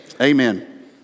Amen